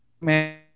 man